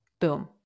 Boom